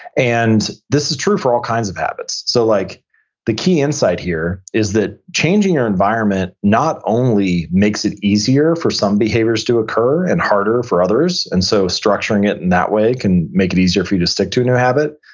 and this is true for all kinds of habits. so like the key insight here is that changing your environment not only makes it easier for some behaviors to occur and harder for others, and so structuring it in that way can make it easier for you to stick to and your habit.